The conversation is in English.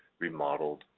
remodeled,